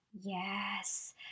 Yes